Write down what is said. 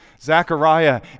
Zechariah